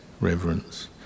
reverence